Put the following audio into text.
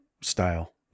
style